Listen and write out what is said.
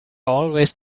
always